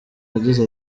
yagize